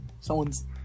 Someone's